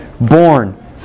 born